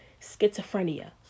schizophrenia